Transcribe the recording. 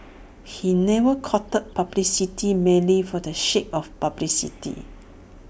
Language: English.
he never courted publicity merely for the sake of publicity